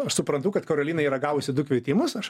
aš suprantu kad karolina yra gavusi du kvietimus aš